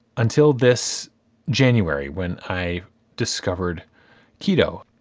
until this january, when i discovered keto.